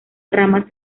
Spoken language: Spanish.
ramas